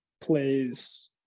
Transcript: plays